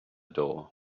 door